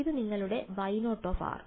ഇത് നിങ്ങളുടെ Y0